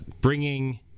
bringing